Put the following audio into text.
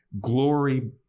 Glory